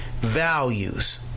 values